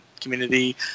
community